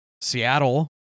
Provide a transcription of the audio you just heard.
Seattle